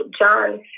John